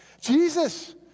Jesus